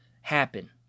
happen